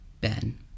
Ben